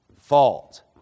Fault